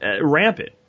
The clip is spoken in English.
rampant